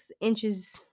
inches